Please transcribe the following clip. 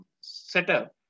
setup